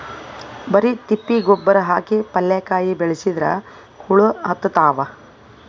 ಬರಿ ತಿಪ್ಪಿ ಗೊಬ್ಬರ ಹಾಕಿ ಪಲ್ಯಾಕಾಯಿ ಬೆಳಸಿದ್ರ ಹುಳ ಹತ್ತತಾವ?